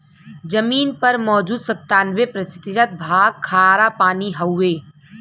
जमीन पर मौजूद सत्तानबे प्रतिशत भाग खारापानी हउवे